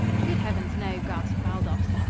good heavens, no! gasped baldos.